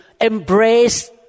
embrace